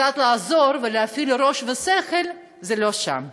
קצת לעזור ולהפעיל ראש ושכל, זה לא שם.